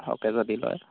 সৰহকৈ যদি লয়